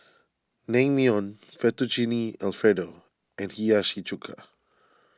Naengmyeon Fettuccine Alfredo and Hiyashi Chuka